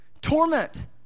torment